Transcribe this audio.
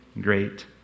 great